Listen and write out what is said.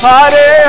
Hare